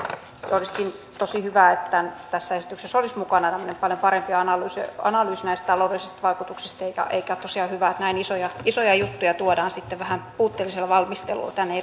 olisikin tosi hyvä että tässä esityksessä olisi mukana tämmöinen paljon parempi analyysi analyysi näistä taloudellisista vaikutuksista eikä tosiaan ole hyvä että näin isoja juttuja tuodaan sitten vähän puutteellisella valmistelulla tänne